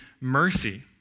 mercy